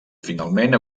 finalment